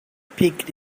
picked